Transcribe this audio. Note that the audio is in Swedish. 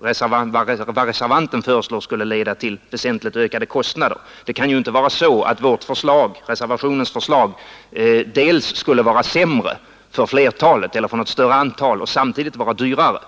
motionsförslaget skulle leda till väsentligt ökade kostnader. Motionens och därmed reservationens förslag kan inte både vara sämre för ett större antal och samtidigt vara dyrare.